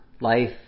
life